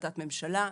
כהחלטת ממשלה.